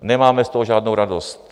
Nemáme z toho žádnou radost.